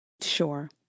Sure